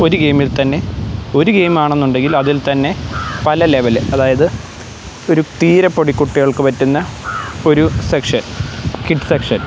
ഒരു ഗെയിമിൽ തന്നെ ഒരു ഗെയിം ആണെന്നുണ്ടെങ്കിൽ അതിൽ തന്നെ പല ലെവൽ അതായത് ഒരു തീരെ പൊടി കുട്ടികൾക്ക് പറ്റുന്ന ഒരു സെക്ഷൻ കിഡ് സെക്ഷൻ